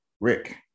Rick